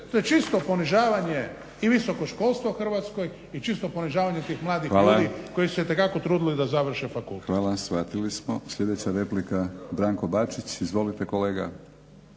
To je čisto ponižavanje i visokog školstva u Hrvatskoj i čisto ponižavanje tih mladih ljudi koji su se itekako trudili da završe fakultet. **Batinić, Milorad (HNS)** Hvala. Hvala, shvatili smo. Sljedeća replika, Branko Bačić. Izvolite kolega.